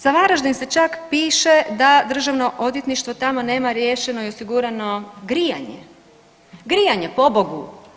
Za Varaždin se čak piše da Državno odvjetništvo tamo nema riješeno i osigurano grijanje, grijanje pobogu!